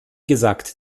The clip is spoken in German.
gesagt